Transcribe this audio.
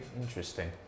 interesting